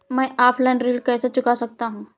मैं ऑफलाइन ऋण कैसे चुका सकता हूँ?